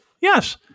Yes